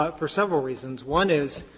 um for several reasons. one is,